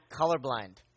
colorblind